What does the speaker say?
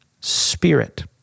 spirit